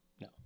No